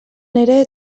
ere